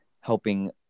helping